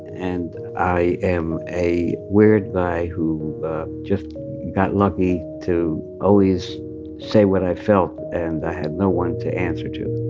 and i am a weird guy who just got lucky to always say what i felt. and i had no one to answer to